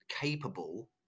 capable